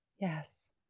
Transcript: yes